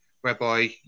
whereby